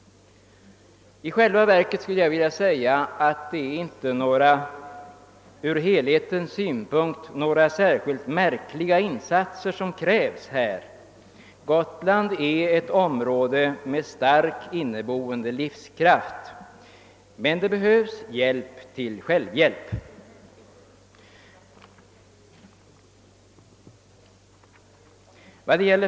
I själva verket är det inte några ur helhetens synvinkel särskilt märkliga insatser som krävs i detta sammanhang. Gotland är ett område med stark inneboende livskraft, men det behövs där hjälp till självhjälp.